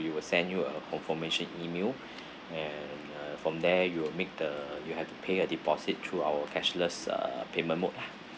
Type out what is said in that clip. we will send you a confirmation email and uh from there you will make the you have to pay a deposit through our cashless uh payment mode lah